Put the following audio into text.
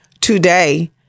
today